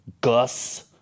Gus